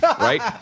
right